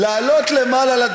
אין לו מה לומר.